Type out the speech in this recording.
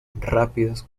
rápidos